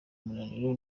umunaniro